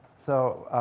so,